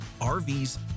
RVs